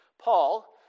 Paul